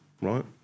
right